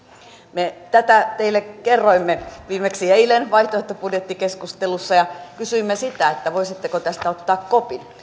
me tätä teille kerroimme viimeksi eilen vaihtoehtobudjettikeskustelussa ja kysyimme voisitteko tästä ottaa kopin